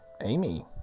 Amy